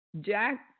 Jack